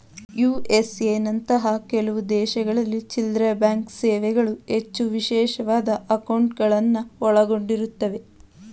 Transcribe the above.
USA ನಂತಹ ಕೆಲವು ದೇಶಗಳಲ್ಲಿ ಚಿಲ್ಲ್ರೆಬ್ಯಾಂಕ್ ಸೇವೆಗಳು ಹೆಚ್ಚು ವಿಶೇಷವಾದ ಅಂಕೌಟ್ಗಳುನ್ನ ಒಳಗೊಂಡಿರುತ್ತವೆ